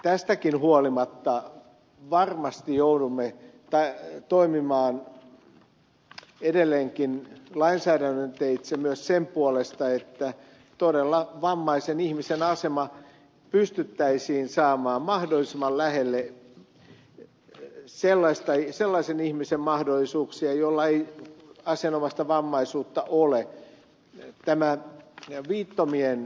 tästäkin huolimatta varmasti joudumme toimimaan edelleenkin lainsäädäntöteitse myös sen puolesta että todella vammaisen ihmisen asema pystyttäisiin saamaan mahdollisimman lähelle sellaisen ihmisen mahdollisuuksia jolla ei asianomaista vammaisuutta ole